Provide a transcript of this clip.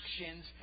actions